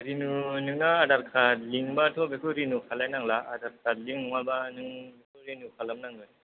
रिनु नोंना आडार कार्ड लिं बाथ बेखौ रिनु खालायनांला आडार कार्ड लिं नङाबा नों बेखौ रिनु खालामनांगोन